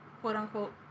quote-unquote